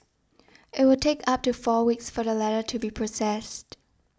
it will take up to four weeks for the letter to be processed